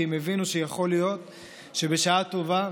הם הבינו שיכול להיות שבשעה טובה,